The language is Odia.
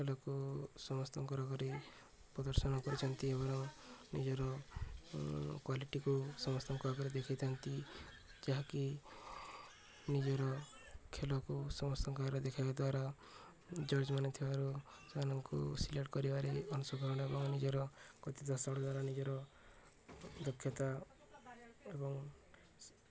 ଖେଳକୁ ସମସ୍ତଙ୍କ ଆଗରେ ପ୍ରଦର୍ଶନ କରିଥାନ୍ତି ଏବଂ ନିଜର କୃତିତ୍ୱକୁ ସମସ୍ତଙ୍କ ଆଗରେ ଦେଖାଇଥାନ୍ତି ଯାହାକି ନିଜର ଖେଳକୁ ସମସ୍ତଙ୍କ ଆଗରେ ଦେଖାଇବା ଦ୍ୱାରା ଜଜ୍ ମାନେ ଥିବାରୁ ସେମାନଙ୍କୁ ସିଲେକ୍ଟ କରିବାରେ ଅଂଶଗ୍ରହଣ ଏବଂ ନିଜର ଦ୍ୱାରା ନିଜର ଦକ୍ଷତା ଏବଂ